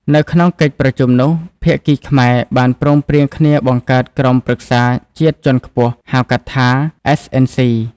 នៅក្នុងកិច្ចប្រជុំនោះ ភាគីខ្មែរបានព្រមព្រៀងគ្នាបង្កើតក្រុមប្រឹក្សាជាតិជាន់ខ្ពស់ ហៅកាត់ថា SNC។